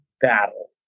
Battle